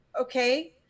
okay